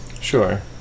sure